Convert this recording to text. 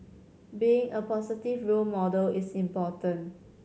being a positive role model is important